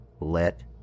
let